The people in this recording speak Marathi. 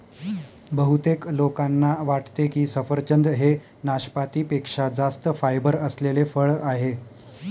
बहुतेक लोकांना वाटते की सफरचंद हे नाशपाती पेक्षा जास्त फायबर असलेले फळ आहे